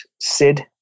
sid